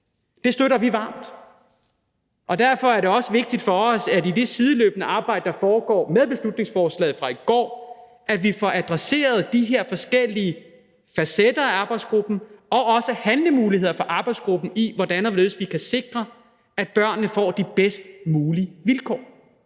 Det støtter vi varmt. Derfor er det også vigtigt for os, at vi i det sideløbende arbejde, der foregår med beslutningsforslaget fra i går, får adresseret de her forskellige facetter af arbejdsgruppen og også handlemuligheder for arbejdsgruppen i, hvordan og hvorledes vi kan sikre, at børnene får de bedst mulige vilkår.